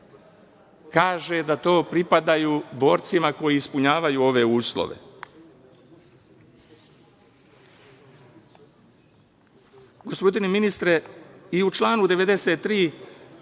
kaže da to pripada borcima koji ispunjavaju te uslove. Gospodine ministre, i u članu 93.